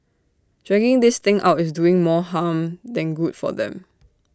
dragging this thing out is doing more harm than good for them